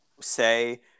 say